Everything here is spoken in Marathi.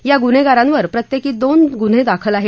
या गुन्हेगारांवर प्रत्येकी दोन गुन्हे दाखल आहेत